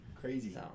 Crazy